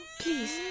Please